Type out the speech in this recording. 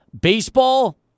Baseball